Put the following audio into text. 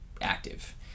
active